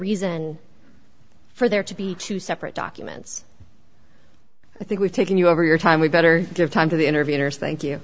reason for there to be two separate documents i think we've taken you over your time we'd better give time to the interviewers thank you